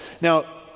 Now